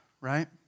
right